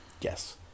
Yes